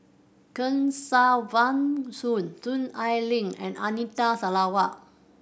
Kesavan Soon Soon Ai Ling and Anita Sarawak